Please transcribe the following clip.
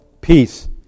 peace